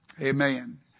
Amen